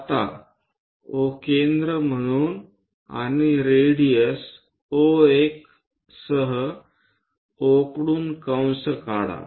आता O केंद्र म्हणून आणि रेडियस O1 सह O कडून कंस काढा